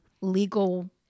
Legal